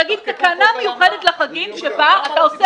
תגיד תקנה מיוחדת לחגים שבה אתה עושה